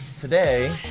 today